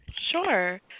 sure